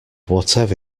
whatever